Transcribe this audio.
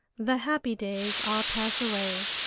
the happy days are pass away,